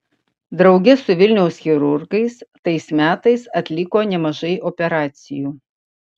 drauge su vilniaus chirurgais tais metais atliko nemažai operacijų